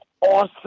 awesome